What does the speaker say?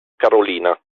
carolina